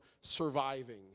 surviving